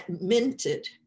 minted